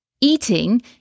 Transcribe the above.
eating